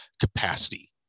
capacity